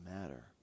matter